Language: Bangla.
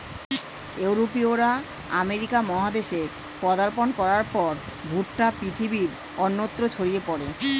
ইউরোপীয়রা আমেরিকা মহাদেশে পদার্পণ করার পর ভুট্টা পৃথিবীর অন্যত্র ছড়িয়ে পড়ে